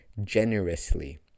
generously